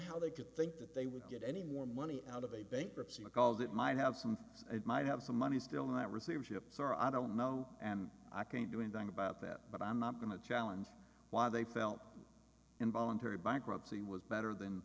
how they could think that they would get any more money out of a bankruptcy because it might have some and might have some money still not receivership starr i don't know and i can't do anything about that but i'm not going to challenge why they felt involuntary bankruptcy was better than